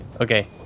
okay